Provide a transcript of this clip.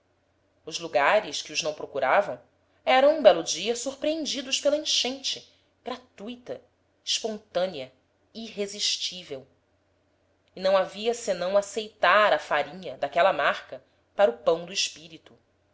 os lugares que os não procuravam eram um belo dia surpreendidos pela enchente gratuita espontânea irresistível e não havia senão aceitar a farinha daquela marca para o pão do espírito